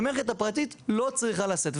שהמערכת הפרטית לא צריכה לשאת.